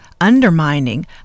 undermining